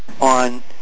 on